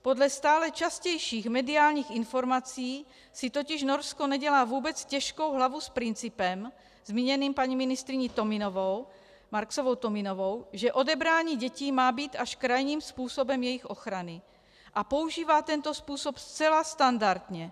Podle stále častějších mediálních informací si totiž Norsko nedělá vůbec těžkou hlavu s principem zmíněným paní ministryní MarksovouTominovou, že odebrání dětí má být až krajním způsobem jejich ochrany, a používá tento způsob zcela standardně.